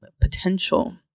potential